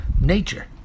nature